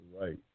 Right